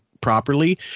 properly